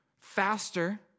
faster